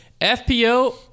FPO